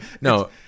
No